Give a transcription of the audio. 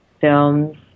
films